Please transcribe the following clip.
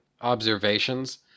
observations